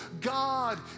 god